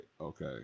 okay